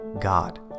God